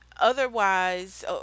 Otherwise